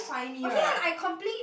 okay lah I complain